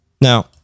Now